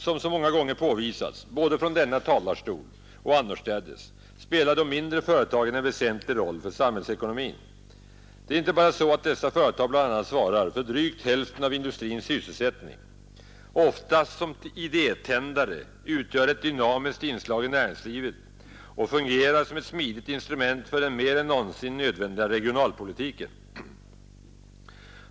Som så många gånger påvisats både från denna talarstol och annorstädes spelar de mindre företagen en väsentlig roll för samhällsekonomin. Det är inte bara så att dessa företag bl.a. svarar för drygt hälften av industrins sysselsättning, ofta som idétändare utgör ett dynamiskt inslag i näringslivet och fungerar som ett smidigt instrument för den mer än någonsin nödvändiga regionalpolitiken.